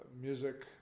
music